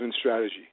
strategy